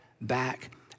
back